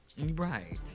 Right